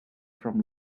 from